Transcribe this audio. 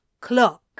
Clock